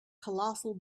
colossal